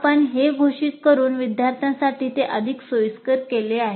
आपण हे घोषित करुन विद्यार्थ्यासाठी ते अधिक सोयीस्कर केले आहे